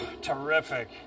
Terrific